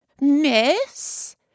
Miss